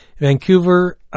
Vancouver